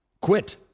quit